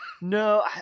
No